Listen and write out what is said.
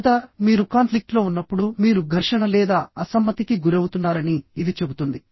మొదట మీరు కాన్ఫ్లిక్ట్ లో ఉన్నప్పుడు మీరు ఘర్షణ లేదా అసమ్మతికి గురవుతున్నారని ఇది చెబుతుంది